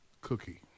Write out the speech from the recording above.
cookie